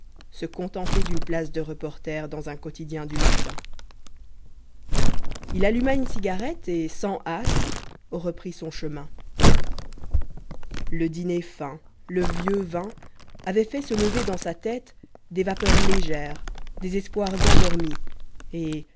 se contenter d'une place de reporter dans un quotidien du matin il alluma une cigarette et sans hâte reprit son chemin le dîner fin le vin vieux avaient fait se lever dans sa tête des vapeurs légères des espoirs endormis et